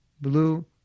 blue